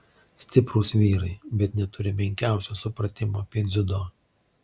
stiprūs vyrai bet neturi menkiausio supratimo apie dziudo